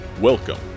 Welcome